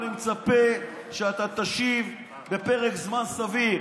ואני מצפה שאתה תשיב בפרק זמן סביר.